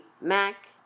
Mac